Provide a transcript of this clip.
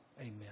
Amen